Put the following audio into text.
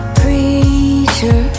preacher